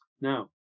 Now